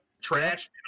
Trash